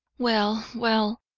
well, well,